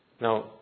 Now